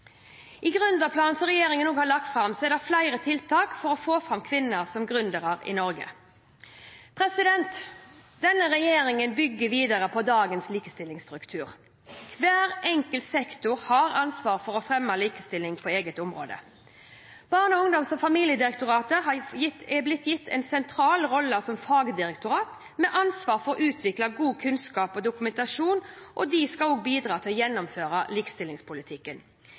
land. Gründerplanen som regjeringen nå har lagt fram, inneholder flere tiltak for å få fram flere kvinner som gründere i Norge. Denne regjeringen bygger videre på dagens likestillingsstruktur. Hver enkelt sektor har ansvar for å fremme likestilling på eget område. Barne-, ungdoms- og familiedirektoratet har blitt gitt en sentral rolle som fagdirektorat med ansvar for å utvikle god kunnskap og dokumentasjon, og de skal også bidra til å gjennomføre likestillingspolitikken.